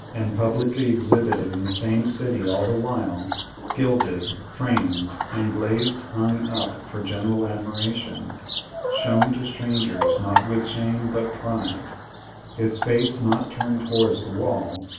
and publicly exhibited in the same city all the while gilded, framed and glazed hung up for general admiration shown to strangers not with shame, but pride its face not turned towards the wall,